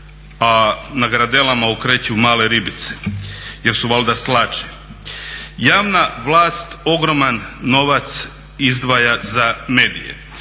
a na gradelama okreću male ribice jer su valjda slađe. Javna vlast ogroman novac izdvaja za medije.